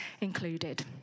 included